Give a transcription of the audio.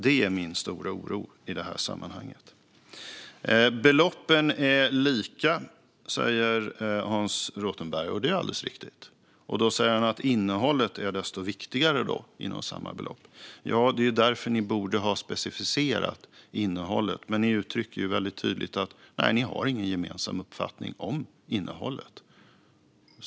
Det är min stora oro i det här sammanhanget. Beloppen är lika, säger Hans Rothenberg. Det är alldeles riktigt. Sedan säger han att innehållet därför blir desto viktigare. Ja, och det är därför ni borde ha specificerat innehållet. Men ni uttrycker ju väldigt tydligt att ni inte har någon gemensam uppfattning om innehållet.